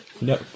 No